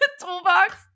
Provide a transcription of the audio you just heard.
toolbox